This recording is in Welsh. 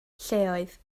lleoedd